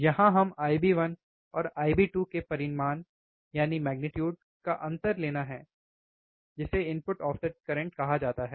यहाँ हम Ib1 और Ib2 के परिमाण का अंतर लेना है जिसे इनपुट ऑफसेट करंट कहा जाता है